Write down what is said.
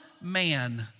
man